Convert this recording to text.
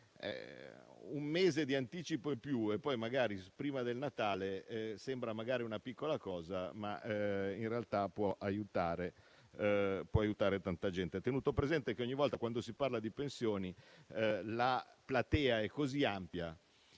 Un mese di anticipo in più, prima del Natale, sembra magari una piccola cosa, ma in realtà può aiutare tanta gente, tenuto presente che, quando si parla di pensioni, la platea è così ampia